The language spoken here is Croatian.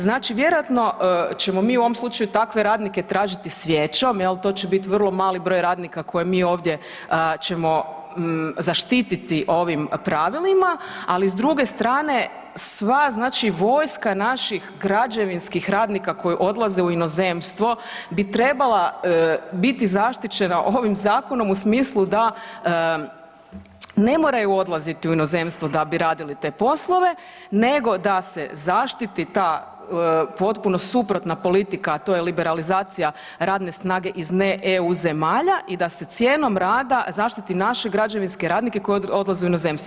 Znači, vjerojatno ćemo mi u ovom slučaju takve radnike tražiti svijećom jel, to će biti vrlo mali broj radnika koje mi ovdje ćemo zaštititi ovim pravilima, ali s druge strane sva znači vojska naših građevinskih radnika koji odlaze u inozemstvo bi trebala biti zaštićena ovim zakonom u smislu da ne moraju odlaziti u inozemstvo da bi radili te poslove nego da se zaštiti ta potpuno suprotna politika, a to je liberalizacija radne snage iz ne EU zemalja i da se cijenom rada zaštiti naše građevinske radnike koji odlaze u inozemstvo.